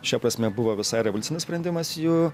šia prasme buvo visai revoliucinis sprendimas jų